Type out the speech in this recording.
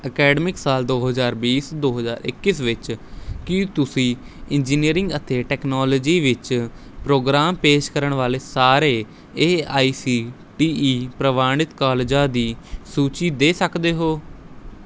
academic ਸਾਲ ਦੋ ਹਜ਼ਾਰ ਬੀਸ ਦੋ ਹਜ਼ਾਰ ਇੱਕੀਸ ਵਿੱਚ ਕੀ ਤੁਸੀਂ ਇੰਜੀਨੀਅਰਿੰਗ ਅਤੇ ਟੈਕਨਾਲੋਜੀ ਵਿੱਚ ਪ੍ਰੋਗਰਾਮ ਪੇਸ਼ ਕਰਨ ਵਾਲੇ ਸਾਰੇ A I C T E ਪ੍ਰਵਾਨਿਤ ਕਾਲਜਾਂ ਦੀ ਸੂਚੀ ਦੇ ਸਕਦੇ ਹੋ